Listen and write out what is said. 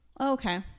okay